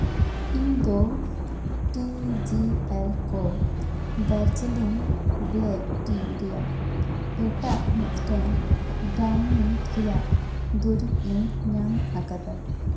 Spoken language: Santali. ᱤᱧᱫᱚ ᱴᱤ ᱡᱤ ᱮᱞ ᱠᱳ ᱫᱟᱨᱡᱤᱞᱤᱝ ᱵᱞᱮᱠ ᱴᱤ ᱨᱮᱭᱟᱜ ᱮᱴᱟᱜ ᱢᱤᱫᱴᱟᱱ ᱵᱨᱟᱱᱰ ᱨᱮᱭᱟᱜ ᱫᱩᱨᱤᱵᱽ ᱤᱧ ᱧᱟᱢ ᱟᱠᱟᱫᱟ